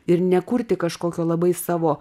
ir nekurti kažkokio labai savo